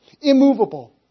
immovable